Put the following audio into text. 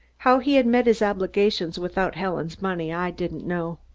how he had met his obligations without helen's money, i didn't know.